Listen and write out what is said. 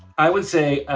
i would say,